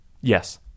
Yes